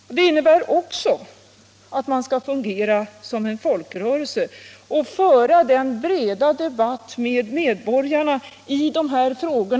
Likaså innebär det att man skall fungera som en folkrörelse och föra en bred debatt med landets medborgare i dessa frågor.